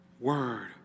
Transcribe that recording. Word